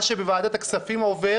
מה שבוועדת הכספים עובר,